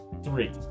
three